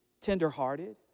tender-hearted